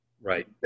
Right